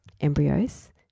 embryos